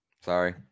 Sorry